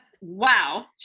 wow